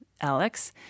Alex